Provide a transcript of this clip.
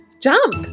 jump